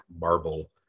marble